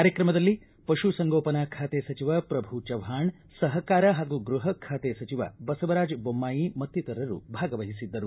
ಕಾರ್ಯಕ್ರಮದಲ್ಲಿ ಪಶು ಸಂಗೋಪನಾ ಖಾತೆ ಸಚಿವ ಪ್ರಭು ಚವ್ನಾಣ್ ಸಹಕಾರ ಹಾಗೂ ಗೃಹ ಖಾತೆ ಸಚಿವ ಬಸವರಾಜ್ ಬೊಮ್ಮಾಯಿ ಮತ್ತಿತರರು ಭಾಗವಹಿಸಿದ್ದರು